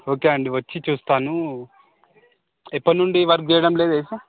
okay అండి వచ్చి చూస్తానూ ఎప్పటి నుండి వర్క్ చేయడం లేదు ఏసి